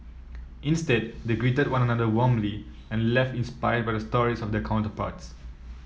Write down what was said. instead they greeted one another warmly and left inspired by the stories of their counterparts